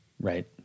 right